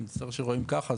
מצטער שרואים ככה,